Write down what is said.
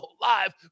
Live